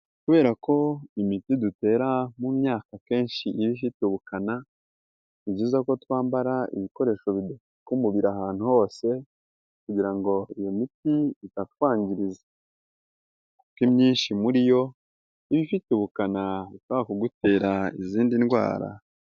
Kubera ko imiti dutera mu myaka akenshi iba iba ifite ubukana, nibyiza ko twambara ibikoresho bidupfuka umubiri ahantu hose kugira ngo iyo miti itatwangiza, kuko imyinshi muri yo iba ifite ubukana bwa kugutera izindi ndwara.